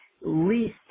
least